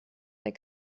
der